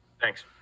thanks